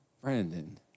Brandon